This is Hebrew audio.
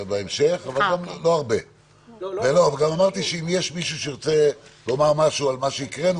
גם אמרתי שאם יש מישהו שירצה לומר משהו על מה שהקראנו,